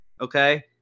Okay